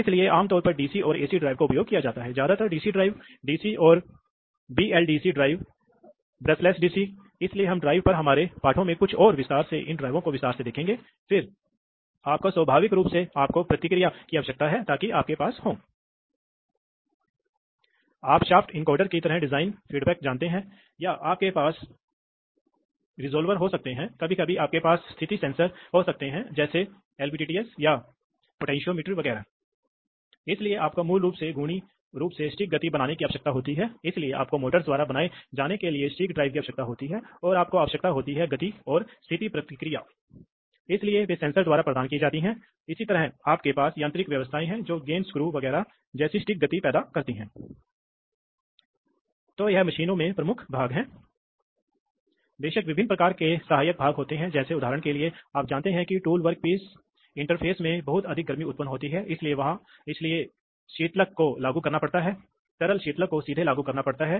इसी तरह आपके पास प्रवाह नियंत्रण वाल्व हैं इसलिए प्रवाह नियंत्रण वाल्वों का उपयोग मुख्य रूप से एक्ट्यूएटर की नियंत्रित गति के लिए किया जाता है विशेष रूप से जब यह लोड चला रहा हो तो आप कभी कभी जानते हैं जैसा कि हमने हाइड्रोलिक्स में उल्लेख किया है कि कभी कभी हम चाहते हैं कि कभी कभी हम चाहते हैं कि जबकि यह पीछे हट रहा है समय बचाने के लिए उच्च गति पर होना चाहिए लेकिन जब यह लोड चला रहा है तो यह कम गति पर होना चाहिए कभी कभी यात्रा के हिस्से के लिए यह एक गति से हो सकता है यात्रा के अंत में यह एक धीमी गति हो सकती है क्योंकि मूल रूप से इस तथ्य के कारण कि लोड में आमतौर पर जड़ता होती है और यदि आप लोड को बहुत तेजी से धक्का देते हैं तो बहुत अधिक गतिज ऊर्जा भार में जमा हो सकती है और यह जा सकता है और हिट कर सकता है